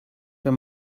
wenn